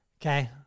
Okay